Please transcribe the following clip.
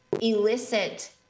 elicit